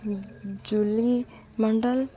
Julie Mandal